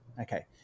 Okay